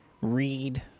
read